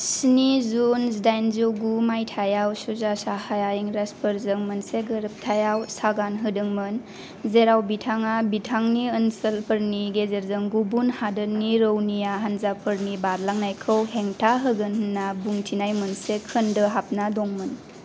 स्नि जुन जिदाइनजौ गु माइथायाव शुजा शाहया इंराजफोरजों मोनसे गोरोबाथायाव सागान होदोंमोन जेराव बिथाङा बिथांनि ओनसोलफोरनि गेजेरजों गुबुन हादोरनि रौनिया हानजाफोरनि बारलांनायखौ हेंथा होगोन होनना बुंथिनाय मोनसे खोन्दो हाबना दंमोन